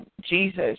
Jesus